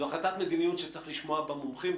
זו החלטת מדיניות שצריך לשמוע בה מומחים.